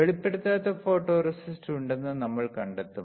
വെളിപ്പെടുത്താത്ത ഫോട്ടോറിസ്റ്റ് ഉണ്ടെന്ന് നമ്മൾ കണ്ടെത്തും